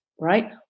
right